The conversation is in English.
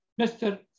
Mr